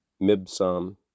Mibsam